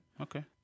Okay